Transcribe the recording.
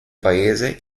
paese